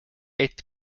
eighth